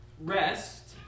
rest